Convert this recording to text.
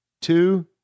two